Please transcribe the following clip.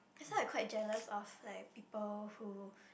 that's why I quite jealous of like people who